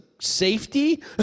safety